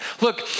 Look